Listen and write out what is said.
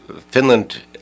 Finland